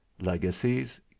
legacies